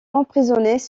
emprisonnés